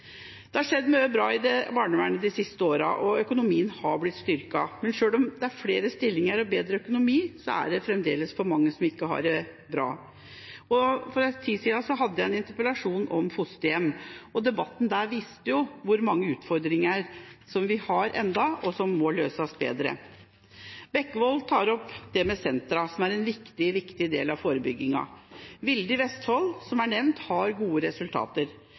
Det har skjedd mye bra i barnevernet de siste åra, og økonomien har blitt styrket. Men selv om det er flere stillinger og bedre økonomi, er det fremdeles for mange som ikke har det bra. For en tid siden hadde jeg en interpellasjon om fosterhjem, og debatten der viste hvor mange utfordringer vi ennå har, og som må løses bedre. Bekkevold tar opp dette med familiesentre, som er en viktig del av forebyggingen. Vilde i Vestfold, som er nevnt, har gode resultater.